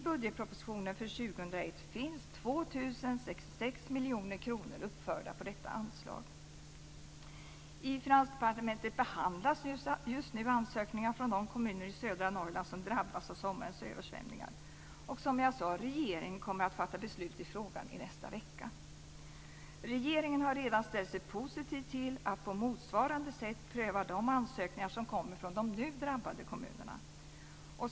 I budgetpropositionen för 2001 finns 2 066 miljoner kronor uppförda på detta anslag. I Finansdepartementet behandlas just nu ansökningar från de kommuner i södra Norrland som drabbats av sommarens översvämningar. Regeringen räknar som jag sade med att fatta beslut i frågan i nästa vecka. Regeringen har redan ställt sig positiv till att på motsvarande sätt pröva de ansökningar som kommer från de nu drabbade kommunerna.